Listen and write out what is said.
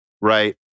right